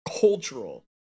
cultural